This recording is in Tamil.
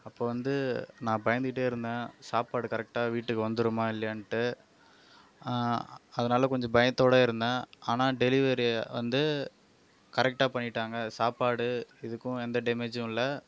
அப்போது வந்து நான் பயந்துகிட்டே இருந்தேன் சாப்பாடு கரெக்டாக வீட்டுக்கு வந்துடுமா இல்லையான்ட்டு அதனால் கொஞ்சம் பயத்தோடு இருந்தேன் ஆனால் டெலிவரி வந்து கரெக்டாக பண்ணிவிட்டாங்க சாப்பாடு இதுக்கும் எந்த டேமேஜும் இல்லை